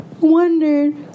wondered